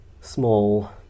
small